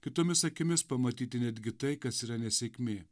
kitomis akimis pamatyti netgi tai kas yra nesėkmė